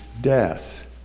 death